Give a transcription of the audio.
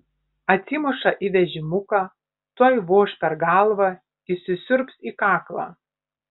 atsimuša į vežimuką tuoj voš per galvą įsisiurbs į kaklą